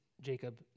Jacob